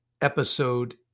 episode